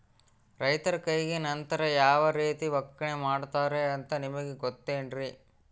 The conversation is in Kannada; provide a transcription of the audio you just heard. ರೈತರ ಕೈಗೆ ನಂತರ ಯಾವ ರೇತಿ ಒಕ್ಕಣೆ ಮಾಡ್ತಾರೆ ಅಂತ ನಿಮಗೆ ಗೊತ್ತೇನ್ರಿ?